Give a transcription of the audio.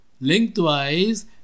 Lengthwise